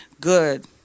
good